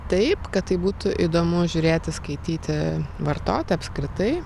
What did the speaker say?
taip kad tai būtų įdomu žiūrėti skaityti vartoti apskritai